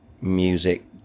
music